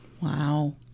Wow